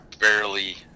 barely